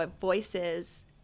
voices